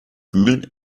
bügeln